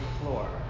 floor